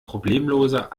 problemloser